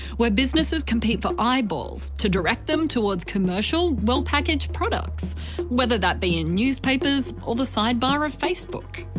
where businesses compete for eyeballs, to direct them toward commercial, well-packaged products whether that be in newspapers or the sidebar of facebook.